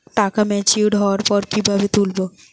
টাকা ম্যাচিওর্ড হওয়ার পর কিভাবে তুলব?